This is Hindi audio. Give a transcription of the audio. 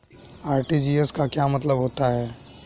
आर.टी.जी.एस का क्या मतलब होता है?